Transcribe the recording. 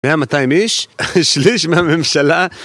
מאה מאתיים איש, שליש מהממשלה